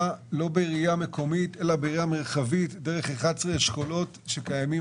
בראייה מרחבית דרך 11 אשכולות שקיימים